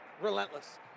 Relentless